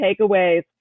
takeaways